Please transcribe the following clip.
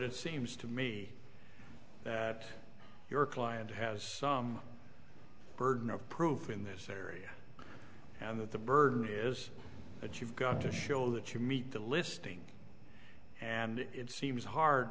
it seems to me that your client has burden of proof in this area and that the burden is that you've got to show that you meet the listing and it seems hard